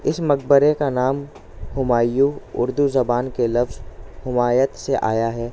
اس مقبرے کا نام ہمایوں اردو زبان کے لفظ ہمایت سے آیا ہے